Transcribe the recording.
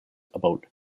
about